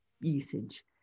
usage